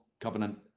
covenant